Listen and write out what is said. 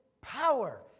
power